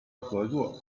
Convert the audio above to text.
合作